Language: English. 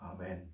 amen